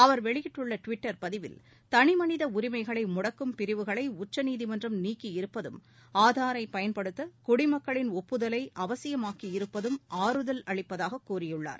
அவர் வெளியிட்டுள்ள டுவிட்டர் பதிவில் தனிமனித உரிமைகளை முடக்கும் பிரிவுகளை உச்சநீதிமன்றம் நீக்கியிருப்பதும் ஆதாரை பயன்படுத்த குடிமக்களின் ஒப்புதலை அவசியமாக்கியிருப்பதும் ஆறுதல் அளிப்பதாகக் கூறியுள்ளார்